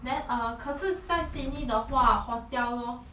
then err 可是在 sydney 的话 hotel lor